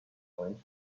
point